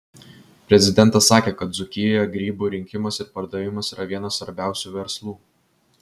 prezidentas sakė kad dzūkijoje grybų rinkimas ir pardavimas yra vienas svarbiausių verslų